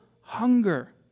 hunger